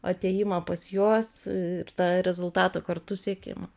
atėjimą pas juos ir tą rezultato kartu siekimą